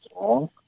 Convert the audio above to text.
wrong